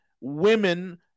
women